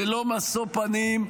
ללא משוא פנים,